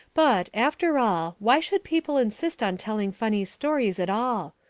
but, after all, why should people insist on telling funny stories at all?